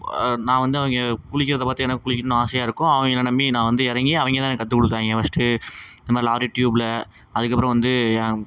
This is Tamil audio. நான் வந்து அவங்க குளிக்கறதை பார்த்து எனக்கு குளிக்கணுன்னு ஆசையாக இருக்கும் அவங்கள நம்பி நான் வந்து இறங்கி அவங்க தான் எனக்கு கற்று கொடுத்தாய்ங்க ஃபர்ஸ்ட்டு இந்த மாதிரி லாரி டியூபில் அதுக்கப்புறோம் வந்து என்